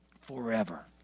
forever